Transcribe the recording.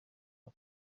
bwa